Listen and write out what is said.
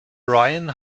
rayen